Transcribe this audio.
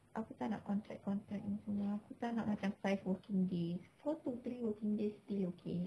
aku tak nak contract contract ni semua aku tak nak macam five working days two to three working days still okay